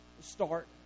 start